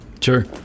Sure